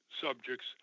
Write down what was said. subjects